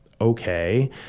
okay